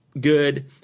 good